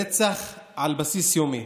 רצח על בסיס יומי,